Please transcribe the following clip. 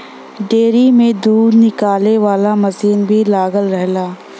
dairy में दूध निकाले वाला मसीन भी लगल रहेला